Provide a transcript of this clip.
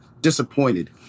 disappointed